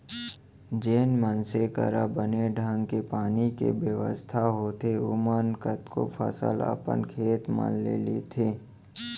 जेन मनसे करा बने ढंग के पानी के बेवस्था होथे ओमन कतको फसल अपन खेत म ले लेथें